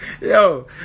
Yo